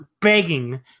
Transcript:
begging